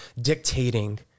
dictating